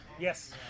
Yes